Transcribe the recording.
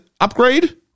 upgrade